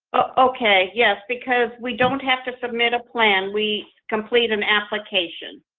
okay yes because we don't have to submit a plan. we complete an application.